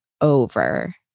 over